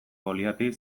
goliati